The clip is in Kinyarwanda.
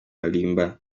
malimba